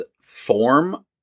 form